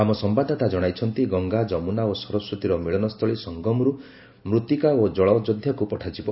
ଆମ ସମ୍ଭାଦଦାତା ଜଣାଇଛନ୍ତି ଗଙ୍ଗା ଯମୁନା ଓ ସରସ୍ୱତୀର ମିଳନସ୍ଥଳୀ ସଙ୍ଗମରୁ ମୃତ୍ତିକା ଓ ଜଳ ଅଯୋଧ୍ୟାକୁ ପଠାଯିବ